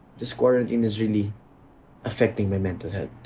this quarantine is really affecting my mental health.